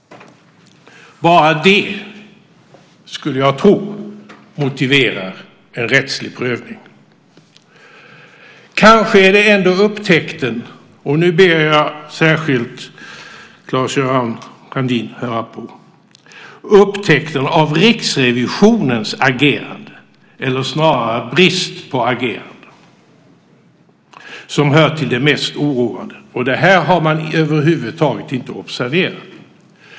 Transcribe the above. Jag skulle tro att bara det motiverar en rättslig prövning. Kanske är det ändå upptäckten - och nu ber jag särskilt Claes-Göran Brandin att höra på - av Riksrevisionens agerande, eller snarare brist på agerande, som hör till det mest oroande. Det här har man över huvud taget inte observerat.